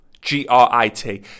G-R-I-T